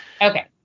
Okay